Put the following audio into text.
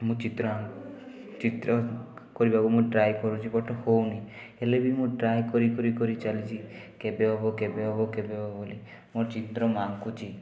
ମୁଁ ଚିତ୍ର ଆଙ୍କ ଚିତ୍ର କରିବାକୁ ମୁଁ ଟ୍ରାଏ କରୁଛି ବଟ୍ ହେଉନି ମୁଁ ଟ୍ରାଏ କରି କରି କରି ଚାଲିଛି କେବେ ହେବ କେବେ ହେବ କେବେ ହେବ ବୋଲି ମୁଁ ଚିତ୍ର ଆଙ୍କୁଛି